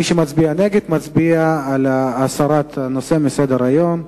מי שמצביע נגד מצביע על הסרת הנושא מסדר-היום.